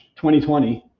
2020